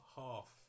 half